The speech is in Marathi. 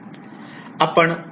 आपण प्रॉब्लेम बद्दल बोलू